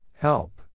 Help